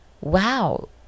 wow